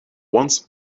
once